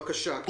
בבקשה.